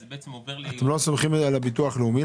אז זה בעצם עובר לייעוץ --- אתם לא סומכים על הביטוח הלאומי,